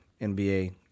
NBA